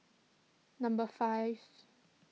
number five